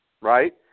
right